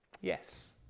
Yes